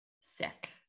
sick